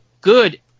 good